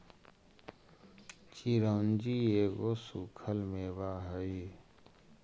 चिरौंजी एगो सूखल मेवा हई